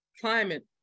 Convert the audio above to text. climate